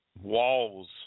walls